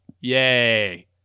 Yay